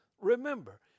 Remember